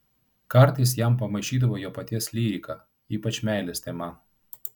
kartais jam pamaišydavo jo paties lyrika ypač meilės tema